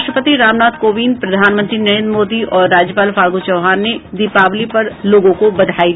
राष्ट्रपति रामनाथ कोविंद प्रधानमंत्री नरेन्द्र मोदी और राज्यपाल फागू चौहान ने दीपावली पर लोगों को बधाई दी